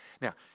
Now